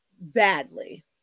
badly